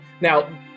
Now